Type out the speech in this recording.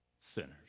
sinners